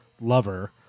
lover